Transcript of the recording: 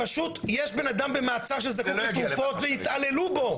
פשוט יש בן אדם במעצר שזקוק לתרופות והתעללו בו.